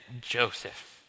Joseph